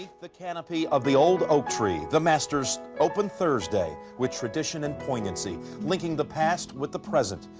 the canopy of the old oak tree, the masters, opened thursday with tradition and poignancy, linking the past with the present.